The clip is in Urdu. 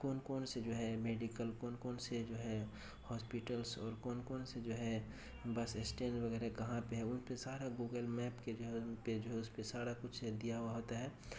کون کون سے جو ہیں میڈیکل کون کون سے جو ہے ہاسپٹلس اور کون کون سے جو ہے بس اسٹینڈ وغیرہ کہاں پہ ہے ان پہ سارا گوگل میپ کے جو ہے ان پہ جو ہے اس پہ سارا کچھ دیا ہوا ہوتا ہے